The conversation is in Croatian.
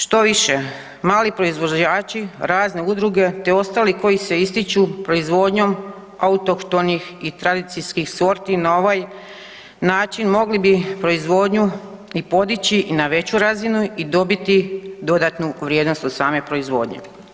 Štoviše, mali proizvođači, razne udruge te ostali koji se ističu proizvodnjom autohtonih i tradicijskih sorti na ovaj način mogli bi proizvodnju i podići na veću razinu i dobiti dodatnu vrijednost od same proizvodnje.